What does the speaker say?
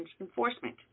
enforcement